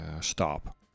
stop